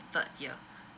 third year